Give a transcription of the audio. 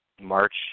march